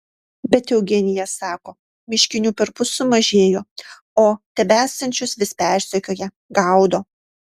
bet eugenija sako miškinių perpus sumažėjo o tebesančius vis persekioja gaudo